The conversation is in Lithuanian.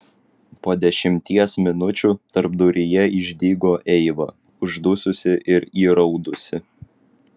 po dešimties minučių tarpduryje išdygo eiva uždususi ir įraudusi